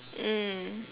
mm